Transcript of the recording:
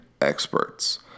experts